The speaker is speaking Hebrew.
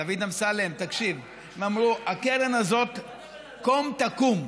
דוד אמסלם, תקשיב, הם אמרו: הקרן הזאת קום תקום.